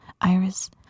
Iris